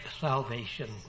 salvation